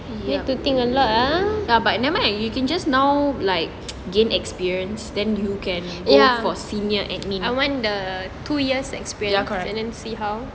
ya but nevermind you can just now like gain experience then you can go for senior admin ya correct